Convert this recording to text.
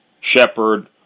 shepherd